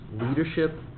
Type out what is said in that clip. leadership